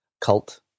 cult